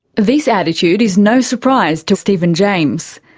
this attitude is no surprise to steven james.